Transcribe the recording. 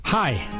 Hi